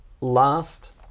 last